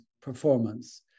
performance